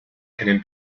einem